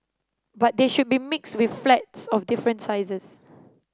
but they should be mixed with flats of different sizes